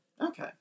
Okay